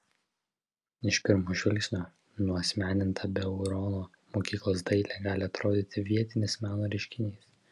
iš pirmo žvilgsnio nuasmeninta beurono mokyklos dailė gali atrodyti vietinis meno reiškinys